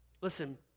Listen